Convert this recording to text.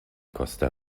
costa